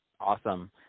Awesome